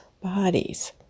bodies